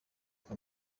kwa